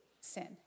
sin